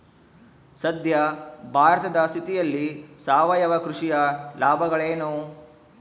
ಸದ್ಯ ಭಾರತದ ಸ್ಥಿತಿಯಲ್ಲಿ ಸಾವಯವ ಕೃಷಿಯ ಲಾಭಗಳೇನು?